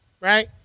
right